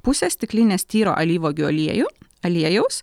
pusės stiklinės tyro alyvuogių aliejų aliejaus